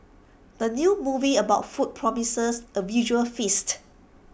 the new movie about food promises A visual feast